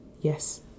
Yes